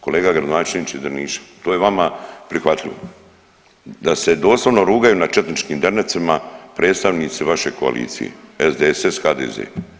Kolega gradonačelniče Drniša, to je vama prihvatljivo da se doslovno rugaju na četničkim dernecima predstavnici vaše koalicije SDSS-HDZ.